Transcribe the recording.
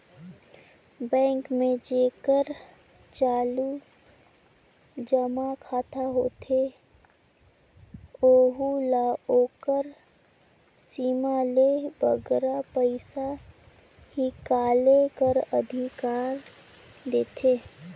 bank में जेकर चालू जमा खाता होथे ओहू ल ओकर सीमा ले बगरा पइसा हिंकाले कर अधिकार देथे